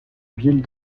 ville